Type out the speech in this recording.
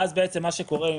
ואז בעצם מה שקורה,